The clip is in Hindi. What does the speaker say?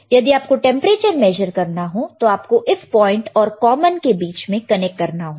यदि आपको टेंपरेचर मेजर करना हो तो आपको इस पॉइंट और कॉमन के बीच में कनेक्ट करना होगा